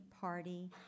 party